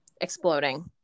exploding